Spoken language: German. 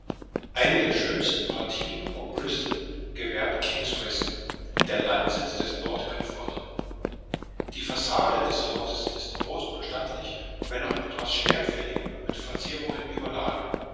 eine der schönsten partien um bristol gewährt king's weston der landsitz des lord clifford die fassade des hauses ist groß und stattlich wenn auch etwas schwerfällig und mit verzierungen überladen